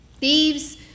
thieves